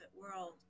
world